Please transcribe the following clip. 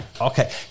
Okay